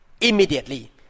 immediately